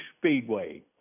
Speedway